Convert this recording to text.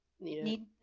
need